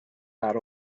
that